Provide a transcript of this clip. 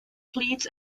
fleets